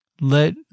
Let